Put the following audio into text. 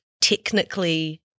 technically